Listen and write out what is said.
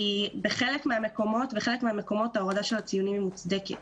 בחלק מהמקומות ההורדה של הציונים היא מוצדקת